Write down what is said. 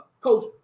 coach